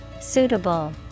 Suitable